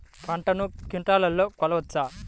పంటను క్వింటాల్లలో కొలవచ్చా?